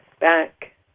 back